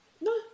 No